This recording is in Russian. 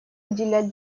уделять